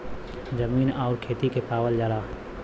जमीन आउर खेती के पावल जाला